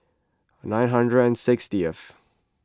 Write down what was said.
nine hundred and sixtieth